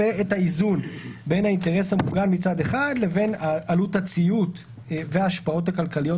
והאיזון בין האינטרס המוגן מצד אחד לבין עלות הציות וההשפעות הכלכליות